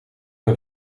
een